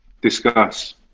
Discuss